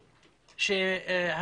אחרת,